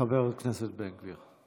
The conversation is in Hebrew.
חבר הכנסת בן גביר.